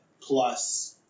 Plus